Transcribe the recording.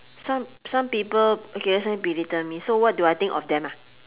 some some people okay last time belittle me so what do I think of them ah